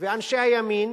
ואנשי הימין